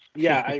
yeah,